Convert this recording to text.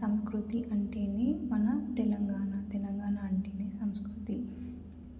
సంస్కృతి అంటేనే మన తెలంగాణ తెలంగాణ అంటేనే సంస్కృతి